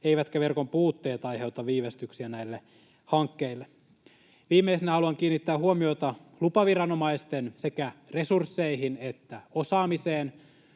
eivätkä verkon puutteet aiheuta viivästyksiä näille hankkeille. Viimeisenä haluan kiinnittää huomiota sekä lupaviranomaisten resursseihin että osaamiseen.